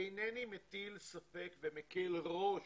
אינני מטיל ספק ומקל ראש